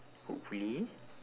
hopefully